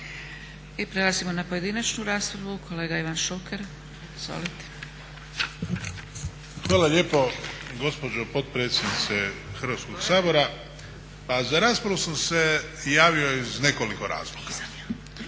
I prelazimo na pojedinačnu raspravu kolega Ivan Šuker. Izvolite. **Šuker, Ivan (HDZ)** Hvala lijepo gospođo potpredsjednice Hrvatskoga sabor.a Pa za raspravu sam se javio iz nekoliko razloga.